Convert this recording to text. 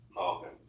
Okay